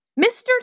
Mr